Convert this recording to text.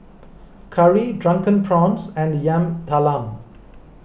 Curry Drunken Prawns and Yam Talam